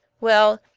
well,